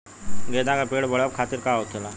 गेंदा का पेड़ बढ़अब खातिर का होखेला?